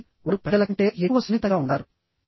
కాబట్టివారు పెద్దల కంటే ఎక్కువ సున్నితంగా ఉంటారు